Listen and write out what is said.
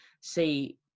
see